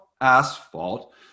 asphalt